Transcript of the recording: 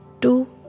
two